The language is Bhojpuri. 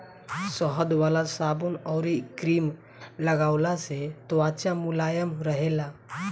शहद वाला साबुन अउरी क्रीम लगवला से त्वचा मुलायम रहेला